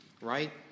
right